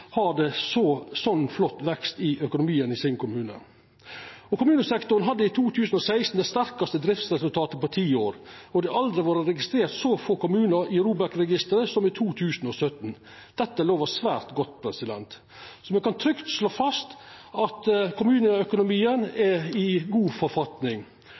eigentleg har så flott vekst i økonomien i kommunen sin. Kommunesektoren hadde i 2016 det sterkaste driftsresultatet på ti år, og det har aldri vore registrert så få kommunar i ROBEK-registeret som i 2017. Dette lovar svært godt. Me kan trygt slå fast at kommuneøkonomien er i god forfatning,